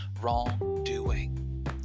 wrongdoing